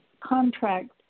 contract